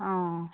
অঁ